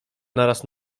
naraz